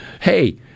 hey